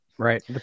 Right